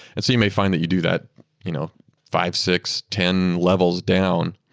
and so you may find that you do that you know five, six, ten levels down.